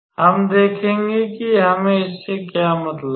हम देखेंगे कि हमें इससे क्या मतलब है